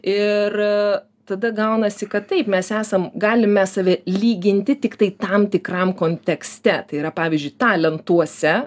ir tada gaunasi kad taip mes esam galim mes save lyginti tiktai tam tikram kontekste tai yra pavyzdžiui talentuose